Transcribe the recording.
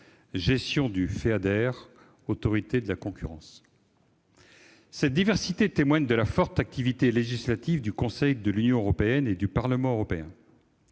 rural (Feader), Autorité de la concurrence. Cette diversité témoigne de la forte activité législative du Conseil de l'Union européenne et du Parlement européen,